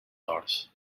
horts